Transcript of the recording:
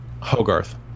Hogarth